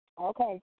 Okay